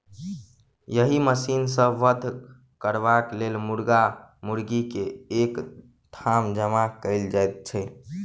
एहि मशीन सॅ वध करबाक लेल मुर्गा मुर्गी के एक ठाम जमा कयल जाइत छै